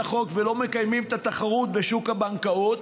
החוק ולא מקיימים את התחרות בשוק הבנקאות,